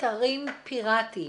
אתרים פירטיים